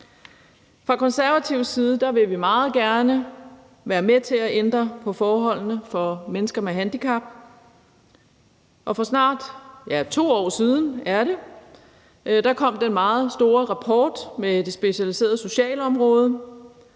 Fra konservativ side vil vi meget gerne være med til at ændre på forholdene for mennesker med handicap. For snart 2 år siden kom den meget store rapport om det specialiserede socialområde,